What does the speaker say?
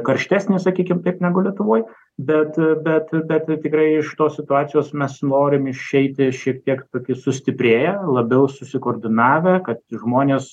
karštesnės sakykim taip negu lietuvoj bet bet bet tikrai iš tos situacijos mes norim išeiti šiek tiek toki sustiprėję labiau susikoordinavę kad žmonės